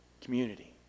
community